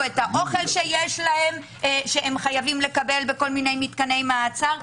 את האוכל שהם חייבים לקבל בכל מיני מקומות מעצר.